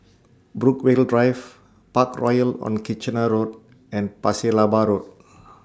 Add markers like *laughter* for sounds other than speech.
Brookvale Drive Parkroyal on Kitchener Road and Pasir Laba Road *noise*